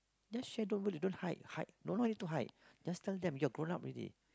just share don't worry don't hide hide don't need to hide just tell them you are grown up already